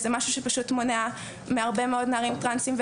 זה משהו שפשוט מונע מהרבה מאוד נערים טרנסים,